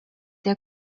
der